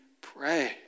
pray